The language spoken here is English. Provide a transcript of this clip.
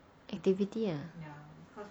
activity ah